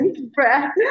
breath